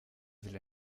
will